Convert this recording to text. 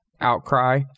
Outcry